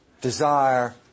desire